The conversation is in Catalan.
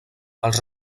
els